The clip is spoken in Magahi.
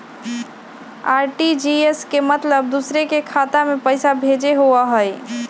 आर.टी.जी.एस के मतलब दूसरे के खाता में पईसा भेजे होअ हई?